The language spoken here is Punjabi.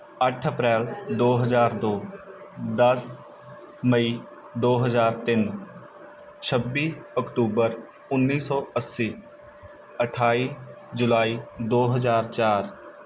ਅੱਠ ਅਪ੍ਰੈਲ ਦੋ ਹਜ਼ਾਰ ਦੋ ਦਸ ਮਈ ਦੋ ਹਜ਼ਾਰ ਤਿੰਨ ਛੱਬੀ ਅਕਤੂਬਰ ਉੱਨੀ ਸੌ ਅੱਸੀ ਅਠਾਈ ਜੁਲਾਈ ਦੋ ਹਜ਼ਾਰ ਚਾਰ